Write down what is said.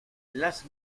las